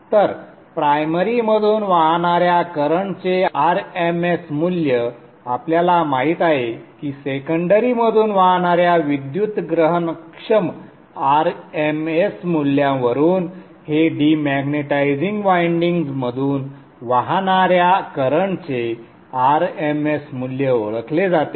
तर प्राइमरीमधून वाहणाऱ्या करंटचे r m s मूल्य आपल्याला माहित आहे की सेकंडरी मधून वाहणाऱ्या विद्युत् ग्रहणक्षम r m s मूल्यावरून हे डिमॅग्नेटिझिंग वायंडिंग्ज मधून वाहणाऱ्या करंटचे r m s मूल्य ओळखले जाते